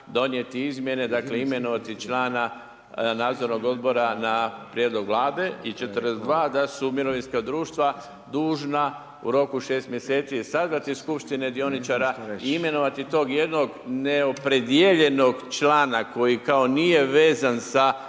donijeti izmjene, dakle imenovati člana nadzornog odbora na prijedlog Vlade i 42. da su mirovinska društva dužna u roku 6 mjeseci sazvati skupštine dioničara i imenovati tog jednog neopredijeljenog člana koji kao nije vezan sa